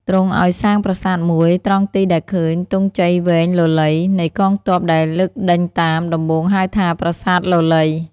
ទ្រង់ឲ្យសាងប្រាសាទមួយត្រង់ទីដែលឃើញទង់ជ័យវែងលលៃ នៃកងទ័ពដែលលើកដេញតាម ដំបូងហៅថា "ប្រាសាទលលៃ"។